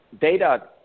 data